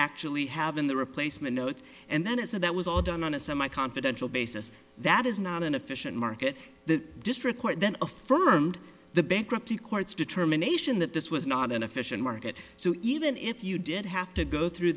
actually have in the replacement notes and then it said that was all done on a semi confidential basis that is not an efficient market the district court then affirmed the bankruptcy courts determination that this was not an efficient market so even if you did have to go through